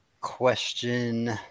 question